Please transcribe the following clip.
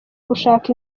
gushaka